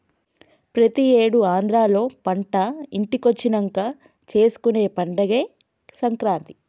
ప్రతి ఏడు ఆంధ్రాలో పంట ఇంటికొచ్చినంక చేసుకునే పండగే సంక్రాంతి